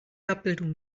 abbildung